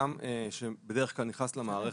אדם שבדרך כלל נכנס למערכת,